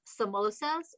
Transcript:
samosas